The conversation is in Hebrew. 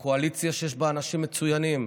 הקואליציה, שיש בה אנשים מצוינים,